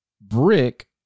brick